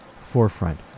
forefront